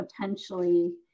potentially